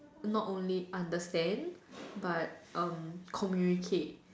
not only understand but um communicate